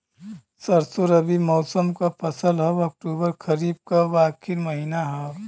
सरसो रबी मौसम क फसल हव अक्टूबर खरीफ क आखिर महीना हव